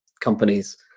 companies